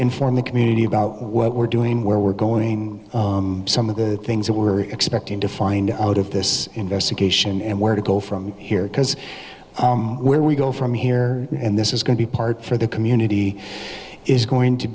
inform the community about what we're doing where we're going some of the things that we're expecting to find out of this investigation and where to go from here because where we go from here and this is going to be part for the community is going to